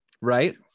Right